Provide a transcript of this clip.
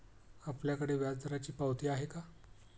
आपल्याकडे व्याजदराची पावती आहे का?